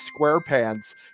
SquarePants